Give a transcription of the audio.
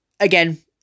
Again